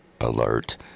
alert